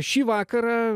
šį vakarą